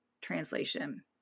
translation